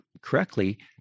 correctly